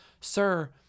sir